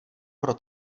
pro